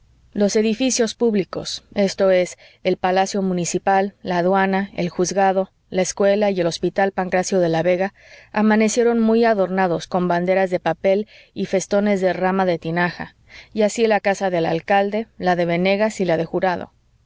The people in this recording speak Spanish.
los edificios públicos esto es el palacio municipal la aduana el juzgado la escuela y el hospital pancracio de la vega amanecieron muy adornados con banderas de papel y festones de rama de tinaja y así la casa del alcalde la de venegas y la de jurado